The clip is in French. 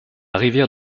rivière